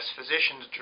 Physicians